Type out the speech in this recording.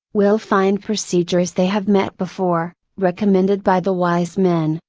will find procedures they have met before, recommended by the wise men,